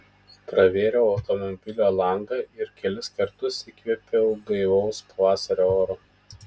pravėriau automobilio langą ir kelis kartus įkvėpiau gaivaus pavasario oro